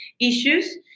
issues